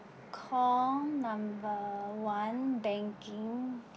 call number one banking